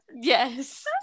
yes